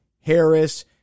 Harris